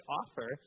offer